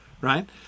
right